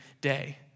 day